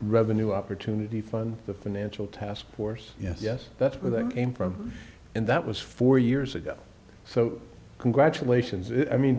revenue opportunity fund the financial task force yes yes that's where they came from and that was four years ago so congratulations i mean